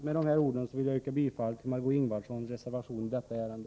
Med de här orden vill jag yrka bifall till Margö Ingvardssons reservation i detta ärende.